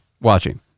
watching